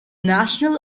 national